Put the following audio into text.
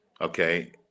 okay